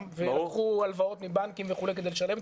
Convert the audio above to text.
ולקחו הלוואות מבנקים וכולי כדי לשלם,